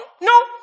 No